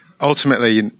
Ultimately